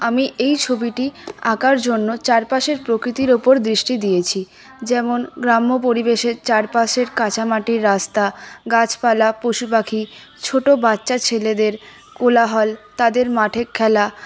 আমি এই ছবিটি আঁকার জন্য চারপাশের প্রকৃতির উপর দৃষ্টি দিয়েছি যেমন গ্রাম্য পরিবেশে চারপাশের কাঁচা মাটির রাস্তা গাছপালা পশু পাখি ছোটো বাচ্চা ছেলেদের কোলাহল তাদের মাঠের খেলা